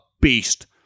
beast